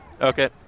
Okay